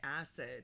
acid